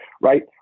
right